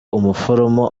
umuforomo